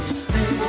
stay